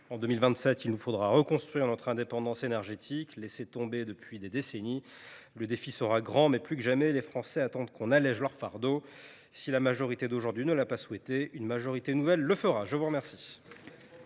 En 2027, il nous faudra reconstruire notre indépendance énergétique, qu’on a laissé tomber depuis des décennies. Le défi sera grand, mais, plus que jamais, les Français attendent qu’on allège leur fardeau. Si la majorité actuelle n’a pas souhaité le faire, une majorité nouvelle le fera. Avec